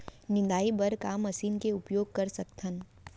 निंदाई बर का मशीन के उपयोग कर सकथन?